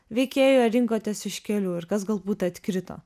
veikėjui ar rinkotės iš kelių ir kas galbūt atkrito